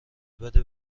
بده